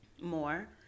more